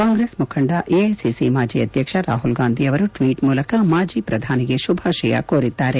ಕಾಂಗ್ರೆಸ್ ಮುಖಂಡ ಎಐಸಿಸಿ ಮಾಜಿ ಅಧ್ಯಕ್ಷ ರಾಹುಲ್ಗಾಂಧಿ ಅವರು ಟ್ನೀಟ್ ಮೂಲಕ ಮಾಜಿ ಪ್ರಧಾನಿಗೆ ಶುಭಾಶಯ ಕೋರಿದ್ದಾರೆ